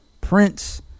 Prince